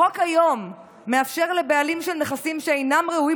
החוק היום מאפשר לבעלים של נכסים שאינם ראויים